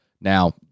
Now